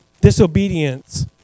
disobedience